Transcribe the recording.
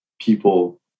people